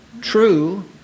true